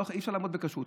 אי-אפשר לעמוד בכשרות.